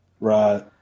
Right